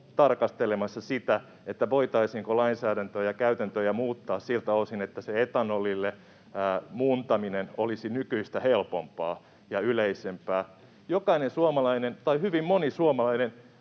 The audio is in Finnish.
tarkastelemassa sitä, voitaisiinko lainsäädäntöä ja käytäntöjä muuttaa siltä osin, että se etanolille muuntaminen olisi nykyistä helpompaa ja yleisempää. Hyvin moni suomalainen